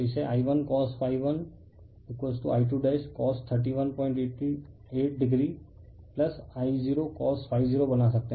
refer slide time 3528 तो इसे I1cos1I2cos318 degree I0cos0 बना सकते हैं